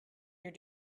when